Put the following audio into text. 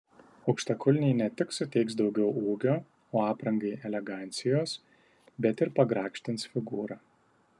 aukštakulniai ne tik suteiks daugiau ūgio o aprangai elegancijos bet ir pagrakštins figūrą